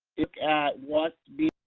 look at what